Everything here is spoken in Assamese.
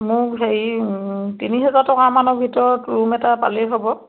মোক হেৰি তিনি হজাৰ টকামানৰ ভিতৰত ৰূম এটা পালেই হ'ব